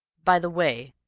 by the way,